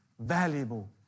valuable